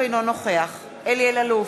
אינו נוכח אלי אלאלוף,